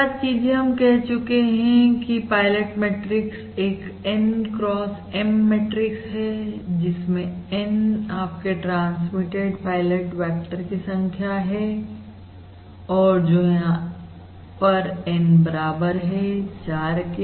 याद कीजिए हम कह चुके हैं कि पायलट मैट्रिक्स एक N cross M मैट्रिक्स है जिसमें N आपके ट्रांसमिटेड पायलट वेक्टर की संख्या है और जो यहां पर N बराबर है 4 के